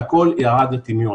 והכול ירד לטמיון.